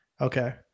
Okay